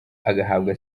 agahabwa